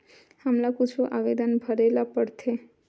हमला कुछु आवेदन भरेला पढ़थे?